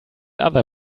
other